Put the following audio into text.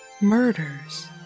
Murders